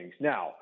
Now